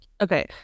okay